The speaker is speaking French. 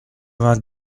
vingt